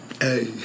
Hey